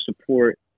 support